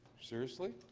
seriously?